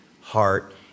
heart